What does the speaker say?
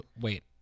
Wait